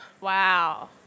Wow